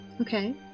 Okay